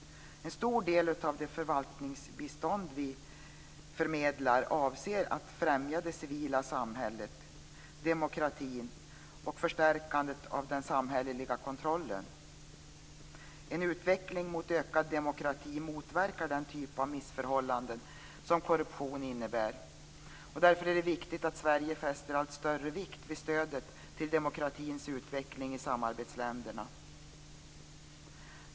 En stor del av det förvaltningsbistånd vi förmedlar avser att främja det civila samhället, demokratin och förstärkandet av den samhälleliga kontrollen. En utveckling mot ökad demokrati motverkar den typ av missförhållanden som korruption innebär. Därför är det viktigt att Sverige fäster allt större vikt vid stödet till utvecklingen av demokratin i samarbetsländerna.